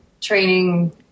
training